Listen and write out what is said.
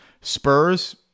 Spurs